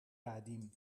بعدیم